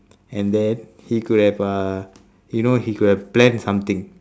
and then he could have uh you know he could have plan something